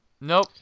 Nope